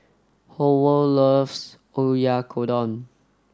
Howell loves Oyakodon